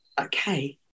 Okay